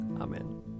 Amen